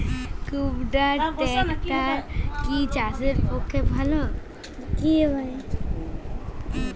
কুবটার ট্রাকটার কি চাষের পক্ষে ভালো?